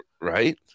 Right